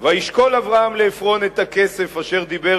וישקל אברהם לעפרן את הכסף אשר דיבר